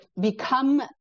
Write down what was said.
become